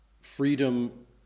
freedom